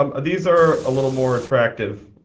um these are a little more attractive.